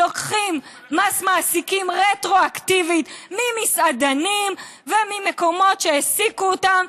לוקחים מס מעסיקים רטרואקטיבית ממסעדנים וממקומות שהעסיקו אותם,